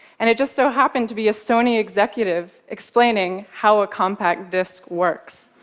and it just so happened to be a sony executive explaining how a compact disk works.